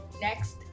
Next